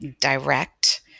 direct